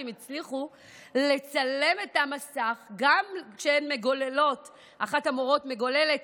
שהצליחו לצלם את המסך גם כשאחת המורות מגוללת